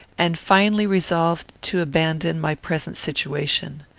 and finally resolved to abandon my present situation.